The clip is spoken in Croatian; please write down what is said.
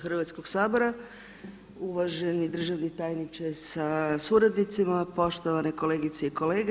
Hrvatskog sabora, uvaženi državni tajniče sa suradnicima, poštovane kolegice i kolege.